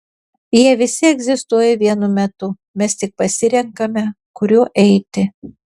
jie visi egzistuoja vienu metu mes tik pasirenkame kuriuo eiti